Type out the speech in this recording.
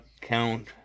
count